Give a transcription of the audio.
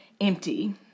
empty